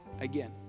again